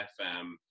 FM